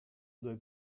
due